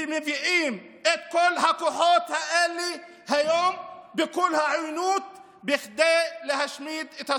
ומביאים את כל הכוחות האלה היום בכל העוינות כדי להשמיד את השדות.